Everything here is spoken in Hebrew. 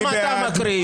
למה אתה מקריא?